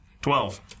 Twelve